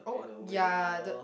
in a way you know